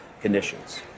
conditions